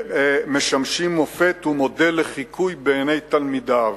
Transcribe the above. משמשות מופת ומודל לחיקוי בעיני תלמידיו.